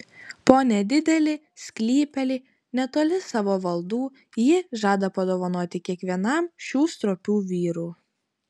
po nedidelį sklypelį netoli savo valdų ji žada padovanoti kiekvienam šių stropių vyrų